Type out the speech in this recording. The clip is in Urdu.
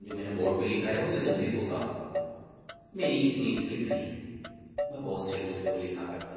جو میں نے بورڈ پہ لکھا ہے اسے جلدی سے اتارو میری اتنی اسپیڈ نہیں تھی میں بہت سلو سلو لکھا کرتا تھا